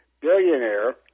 billionaire